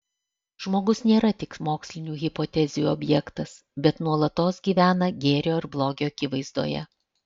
žmogus nėra tik mokslinių hipotezių objektas bet nuolatos gyvena gėrio ir blogio akivaizdoje